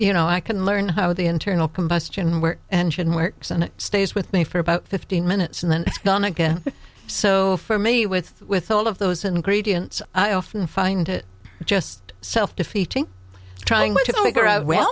you know i can learn how the internal combustion engine works and it stays with me for about fifteen minutes and then it's gone again so for me with with all of those ingredients i often find it just self defeating trying